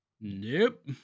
nope